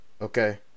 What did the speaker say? Okay